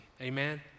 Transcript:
Amen